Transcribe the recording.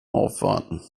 aufwarten